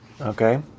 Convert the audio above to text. Okay